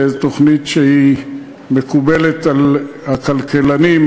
תוכנית שמקובלת על הכלכלנים,